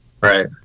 Right